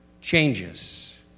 changes